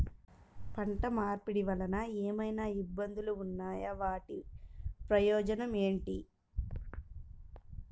పంట మార్పిడి వలన ఏమయినా ఇబ్బందులు ఉన్నాయా వాటి ప్రయోజనం ఏంటి?